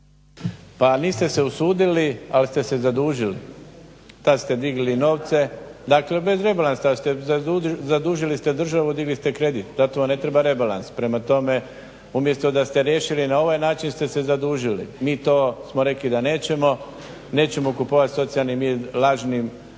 Pa niste se usudili, ali ste se zadužili. Tad ste digli novce, dakle bez rebalansa ste zadužili ste državu, digli ste kredit. Zato vam ne treba rebalans. Prema tome, umjesto da ste riješili na ovaj način ste se zadužili. Mi to smo rekli da nećemo, nećemo kupovati socijalni mir lažnim